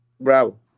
Bravo